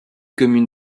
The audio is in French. commune